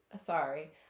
Sorry